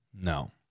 No